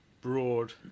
broad